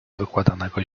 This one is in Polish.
wykładanego